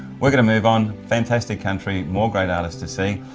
we're gonna move on. fantastic country more great artists to see.